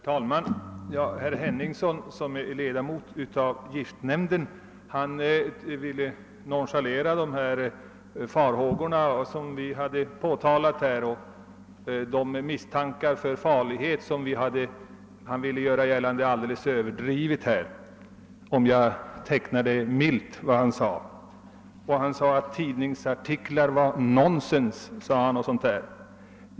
Herr talman! Herr Henningsson, som är ledamot av giftnämnden, vill nonchalera farhågorna som vi har påtalat och ville göra gällande — om jag skall återge det milt — att vi hade överdrivit farligheten, och han sade att tidningsartiklarna innehöll nonsens.